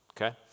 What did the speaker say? okay